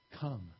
come